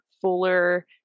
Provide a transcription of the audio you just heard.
fuller